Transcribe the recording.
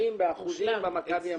מבוטחים במכבי הזה?